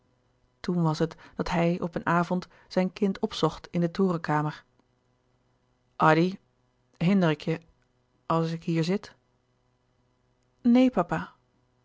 toen was het dat hij op een avond zijn kind opzocht in de torenkamer addy hinder ik je als ik hier zit neen papa